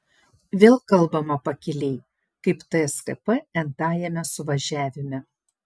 vėl kalbama pakiliai kaip tskp n tajame suvažiavime